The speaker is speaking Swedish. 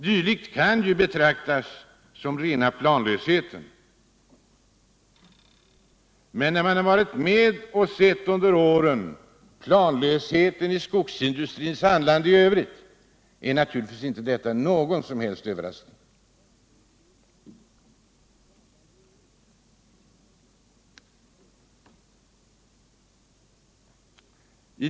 Dylikt kan betraktas som rena planlösheten, men när man under åren varit med och sett planlösheten i skogsindustrins handlande i övrigt är detta naturligtvis inte någon som helst överraskning.